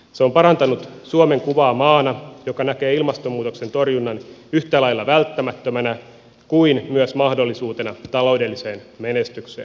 se on parantanut suomen kuvaa maana joka näkee ilmastonmuutoksen torjunnan yhtä lailla välttämättömänä kuin myös mahdollisuutena taloudelliseen menestykseen